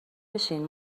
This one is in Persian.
بشین